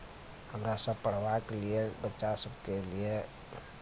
हमरा सब पढ़बाक लिए बच्चा सबके लिए